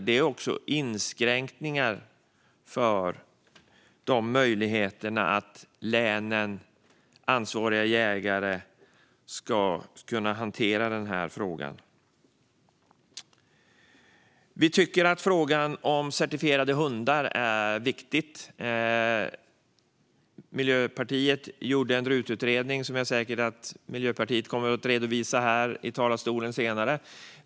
Det inskränker också möjligheten för länen och ansvariga jägare att hantera skyddsjakten. Vi tycker att frågan om certifierade hundar är viktig. Miljöpartiet gjorde en RUT-utredning som man säkert kommer att redovisa här i talarstolen senare.